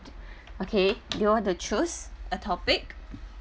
okay do you want to choose a topic